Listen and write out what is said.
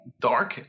dark